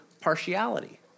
partiality